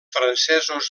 francesos